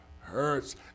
hurts